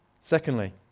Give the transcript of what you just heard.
Secondly